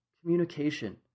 communication